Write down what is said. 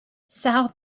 south